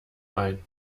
ein